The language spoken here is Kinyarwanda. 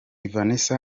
vanessa